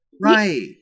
Right